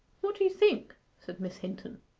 what do you think said miss hinton.